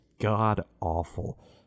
god-awful